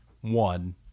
one